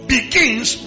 begins